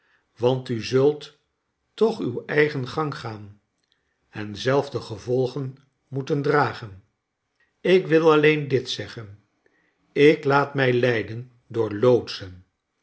want u zult toch uw eigen gang gaan en zelf de gevolgen moeten dragen ik wil alleen dit zeggen ik laat mij leiden door loodsen